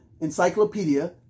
encyclopedia